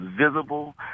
visible